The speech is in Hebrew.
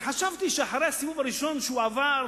אז חשבתי שאחרי הסיבוב הראשון שהוא עבר,